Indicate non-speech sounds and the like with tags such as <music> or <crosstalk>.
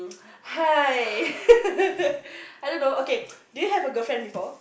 hi <laughs> I also don't know okay do you have a girlfriend before